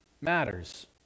matters